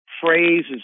phrases